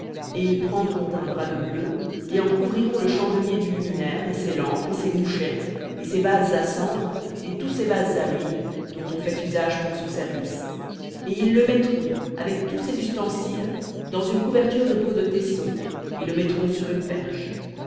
et ils prendront un drap de bleu et en couvriront le chandelier du luminaire et ses lampes et ses mouchettes et ses vases à cendre et tous ses vases à huile dont on fait usage pour son service et ils le mettront avec tous ses ustensiles dans une couverture de peaux de taissons et le mettront sur une perche